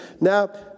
Now